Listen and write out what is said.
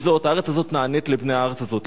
היא זאת: הארץ הזאת נענית לבני הארץ הזאת.